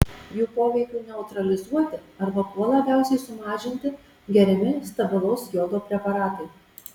jų poveikiui neutralizuoti arba kuo labiausiai sumažinti geriami stabilaus jodo preparatai